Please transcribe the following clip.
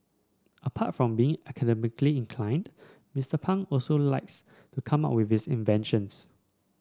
apart from being academically inclined Mister Pang also likes to come up with inventions